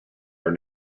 are